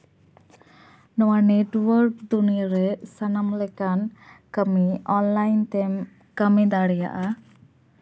ᱱᱚᱣᱟ ᱱᱮᱴᱚᱣᱟᱨᱠ ᱫᱩᱱᱤᱭᱟᱹ ᱨᱮ ᱥᱟᱱᱟᱢ ᱞᱮᱠᱟᱱ ᱠᱟᱹᱢᱤ ᱚᱱᱞᱟᱭᱤᱱ ᱛᱮᱢ ᱠᱟᱹᱢᱤ ᱫᱟᱲᱮᱭᱟᱜᱼᱟ